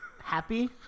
happy